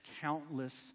countless